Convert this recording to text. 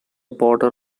border